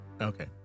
Okay